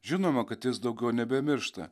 žinoma kad jis daugiau nebemiršta